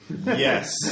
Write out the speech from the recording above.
Yes